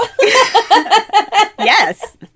Yes